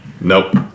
Nope